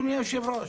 אדוני היושב-ראש,